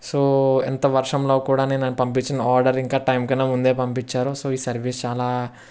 so ఎంత వర్షంలో కూడా నేను పంపించిన ఆర్డర్ ఇంకా టైం కన్నా ముందే పంపించారు సో ఈ సర్వీస్ చాలా